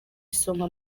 isonga